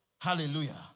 Hallelujah